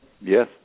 yes